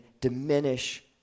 diminish